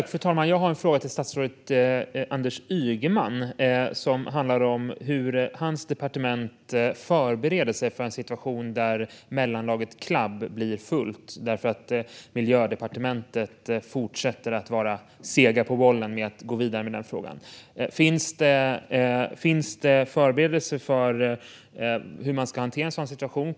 Fru talman! Jag har en fråga till statsrådet Anders Ygeman som handlar om hur hans departement förbereder sig för en situation där mellanlagret Clab blir fullt, eftersom Miljödepartementet fortsätter att vara sega på bollen med att gå vidare med den frågan. Finns det förberedelser för hur man ska hantera en sådan situation?